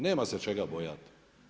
Nema se čega bojati.